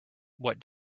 what